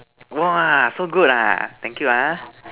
!wah! so good ah thank you ah